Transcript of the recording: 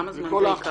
כמה זמן זה ייקח?